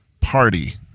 party